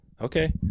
okay